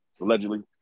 allegedly